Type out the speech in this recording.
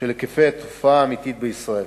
של היקף התופעה האמיתית בישראל.